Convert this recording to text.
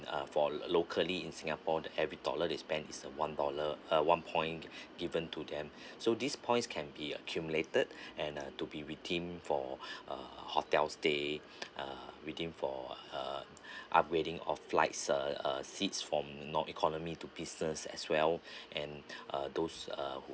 uh for locally in singapore that every dollar they spend is a one dollar uh one point given to them so these points can be accumulated and uh to be redeem for uh hotels stay uh redeem for uh upgrading of flights uh uh seats form non economy to business as well and uh those uh who